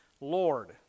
Lord